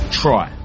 try